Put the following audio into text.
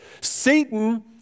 Satan